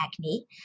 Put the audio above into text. acne